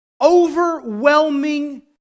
overwhelming